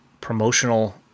promotional